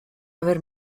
aver